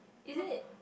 is it